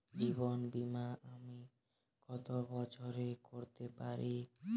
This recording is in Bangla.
জীবন বীমা আমি কতো বছরের করতে পারি?